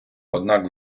однак